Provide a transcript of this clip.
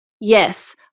Yes